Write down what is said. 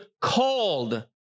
called